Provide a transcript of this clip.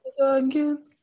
again